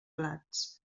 plats